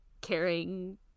caring